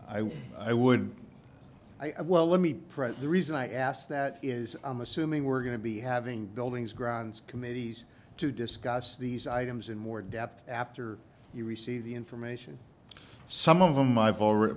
would i would i well let me present the reason i asked that is i'm assuming we're going to be having buildings grounds committees to discuss these items in more depth after you receive the information some of them i've already